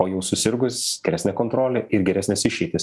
o jau susirgus geresnė kontrolė ir geresnės išeitys